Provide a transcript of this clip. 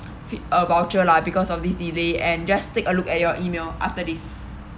a voucher lah because of this delay and just take a look at your E-mail after this